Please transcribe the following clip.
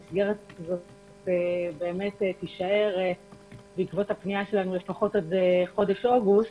שהמסגרת הזאת תישאר בעקבות הפנייה שלנו לפחות עד חודש אוגוסט.